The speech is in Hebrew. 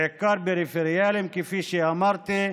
בעיקר פריפריאליים, כפי שאמרתי,